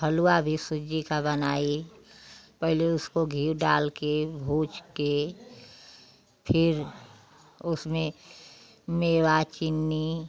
हलआ भी सूजी का बनाई पहले उसको घी डाल कर भूज के फिर उसमें मेवा चीनी